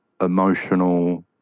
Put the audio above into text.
emotional